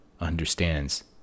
understands